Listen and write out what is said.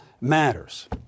matters